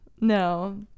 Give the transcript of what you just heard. No